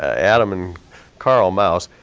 adam and karl mouse,